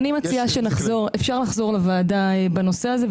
אפשר לחזור לוועדה בנושא הזה,